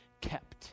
kept